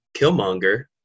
killmonger